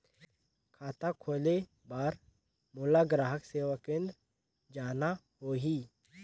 खाता खोले बार मोला ग्राहक सेवा केंद्र जाना होही?